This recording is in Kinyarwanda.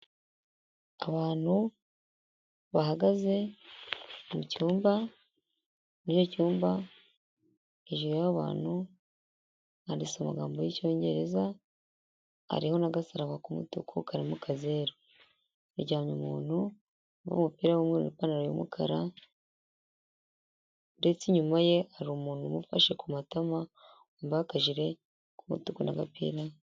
Abantu bahagaze mu cyumba muri icyo cyumba hejuru y'abantu kanditse amagambo y'icyongereza hariho n'agasaraba ku mutuku kari mu kazeru, haryamye umuntu wambaye umupira w'umweru, ipantaro y'umukara ndetse inyuma ye hari umuntu umufashe ku matama wambaye akajire k'umutuku n'agapira.